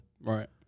Right